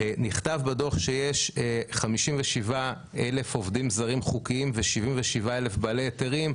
נכתב בדוח שיש 57,000 עובדים זרים חוקיים ו-77,000 בעלי היתרים.